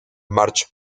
march